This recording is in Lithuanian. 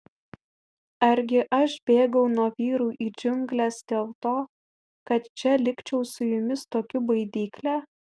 argi aš bėgau nuo vyrų į džiungles dėl to kad čia likčiau su jumis tokiu baidykle